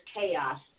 chaos